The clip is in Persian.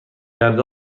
درد